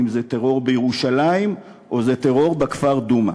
אם זה טרור בירושלים או זה טרור בכפר דומא.